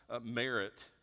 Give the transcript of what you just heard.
merit